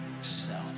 self